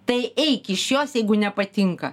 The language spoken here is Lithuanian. tai eik iš jos jeigu nepatinka